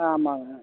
ஆ ஆமாங்க